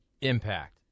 impact